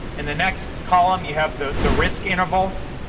and the next column you have the the risk interval,